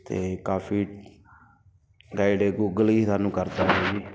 ਅਤੇ ਕਾਫ਼ੀ ਗਾਈਡ ਹੈ ਗੂਗਲ ਹੀ ਸਾਨੂੰ ਕਰ ਕਰਦਾ ਹੈ ਜੀ